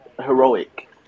heroic